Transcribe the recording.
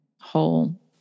whole